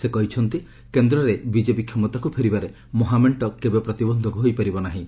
ସେ କହିଛନ୍ତି କେନ୍ଦ୍ରରେ ବିଜେପି କ୍ଷମତାକୁ ଫେରିବାରେ ମହାମେଣ୍ଟ କେବେ ପ୍ରତିବନ୍ଧକ ହୋଇପାରିବ ନାହିଁ